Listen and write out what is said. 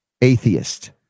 atheist